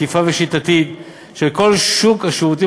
מקיפה ושיטתית של כל שוק השירותים